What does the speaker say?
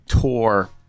tour